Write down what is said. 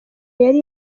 yari